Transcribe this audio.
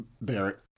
barrett